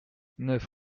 neuf